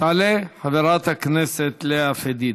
תעלה חברת הכנסת לאה פדידה,